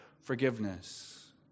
forgiveness